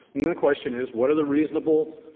then the question is what are the reasonable